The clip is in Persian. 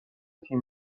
تیم